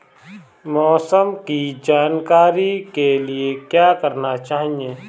मौसम की जानकारी के लिए क्या करना चाहिए?